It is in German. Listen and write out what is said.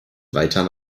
weiter